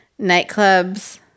Nightclubs